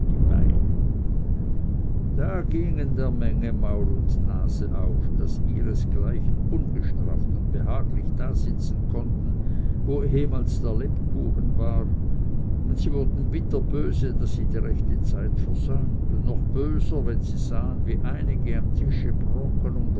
die beine da gingen der menge maul und nase auf daß ihresgleichen ungestraft und behaglich da sitzen konnten wo ehemals der lebkuchen war und sie wurden bitterböse daß sie die rechte zeit versäumt und noch böser wenn sie sahen wie einige am tische brocken um